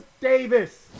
Davis